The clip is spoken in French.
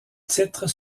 titres